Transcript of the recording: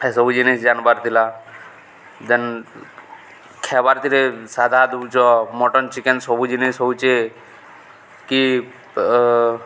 ହେସବୁ ଜିନିଷ୍ ଜାନ୍ବାର୍ ଥିଲା ଯେନ୍ ଖାଏବାର୍ଥିରେ ସାଧା ଦଉଚ ମଟନ୍ ଚିକେନ୍ ସବୁ ଜିନିଷ୍ ହଉଚେ କି